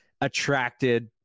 attracted